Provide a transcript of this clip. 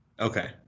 Okay